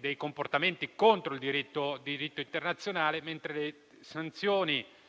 dei comportamenti contrari al diritto internazionale, mentre le sanzioni